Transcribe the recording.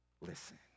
listen